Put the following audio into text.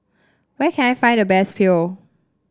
where can I find the best Pho